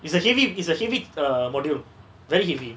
it's a heavy it is a heavy a module very heavy